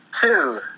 Two